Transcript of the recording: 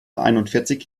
einundvierzig